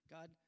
God